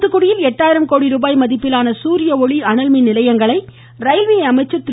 தூத்துக்குடியில் எட்டாயிரம் கோடி ரூபாய் மதிப்பிலான சூரியஒளி அனல்மின் நிலையங்களை ரயில்வே அமைச்சர் திரு